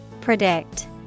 predict